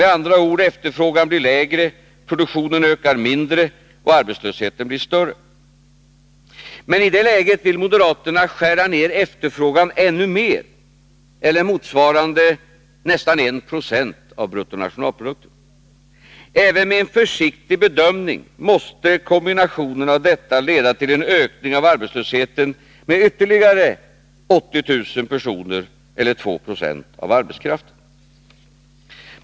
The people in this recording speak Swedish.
Med andra ord utgår de från att efterfrågan skall bli lägre, produktionen öka mindre och arbetslösheten bli större. Men i det läget vill moderaterna skära ner efterfrågan ännu mer — motsvarande nästan 1 96 av bruttonationalprodukten. Även med en försiktig bedömning måste denna kombination leda till en ökning av arbetslösheten med ytterligare 80 000 personer eller 2 90 av arbetskraften.